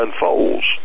unfolds